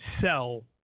sell